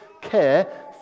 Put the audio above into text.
care